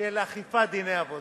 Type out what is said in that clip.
של אכיפת דיני עבודה.